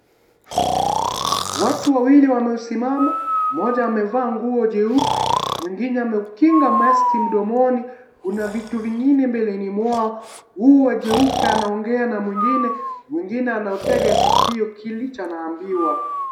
Watu wawili wamesimama, mmoja amevaa nguo jeupe, mwingine ameukinga maski mdomoni ,kuna vitu vingine mbeleni mwao. Huyu ya jeupe anaongea na mwingine ,mwingine anautega sikio kilicho anaambiwa.